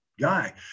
guy